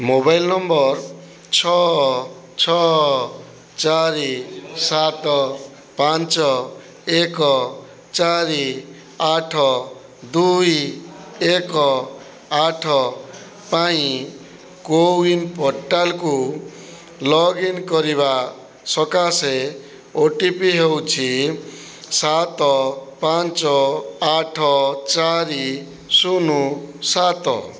mobile number ଛଅ ଛଅ ଚାରି ସାତ ପାଞ୍ଚ ଏକ ଚାରି ଆଠ ଦୁଇ ଏକ ଆଠ ପାଇଁ କୋୱିନ୍ ପୋର୍ଟାଲ୍କୁ ଲଗ୍ଇନ୍ କରିବା ସକାଶେ ଓ ଟି ପି ହେଉଛି ସାତ ପାଞ୍ଚ ଆଠ ଚାରି ଶୂନ ସାତ